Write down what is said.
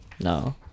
no